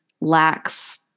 lacks